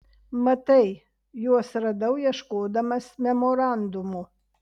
matai juos radau ieškodamas memorandumo